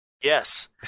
Yes